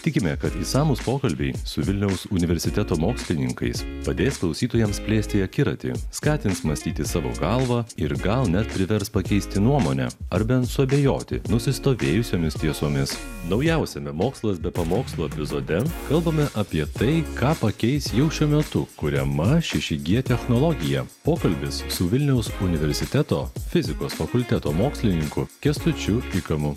tikime kad išsamūs pokalbiai su vilniaus universiteto mokslininkais padės klausytojams plėsti akiratį skatins mąstyti savo galva ir gal net privers pakeisti nuomonę ar bent suabejoti nusistovėjusiomis tiesomis naujausiame mokslas be pamokslų epizode kalbame apie tai ką pakeis jau šiuo metu kuriama šeši g technologija pokalbis su vilniaus universiteto fizikos fakulteto mokslininku kęstučiu pikanu